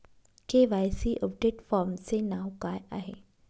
KYC update फॉर्मचे नाव काय आहे?